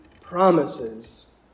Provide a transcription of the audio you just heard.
promises